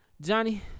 Johnny